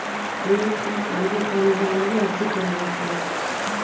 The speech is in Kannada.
ಕ್ರೆಡಿಟ್ ಕಾರ್ಡ್ ಪಡಿಬೇಕು ಅಂದ್ರ ಎಲ್ಲಿ ಅರ್ಜಿ ಕೊಡಬೇಕು?